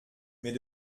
mais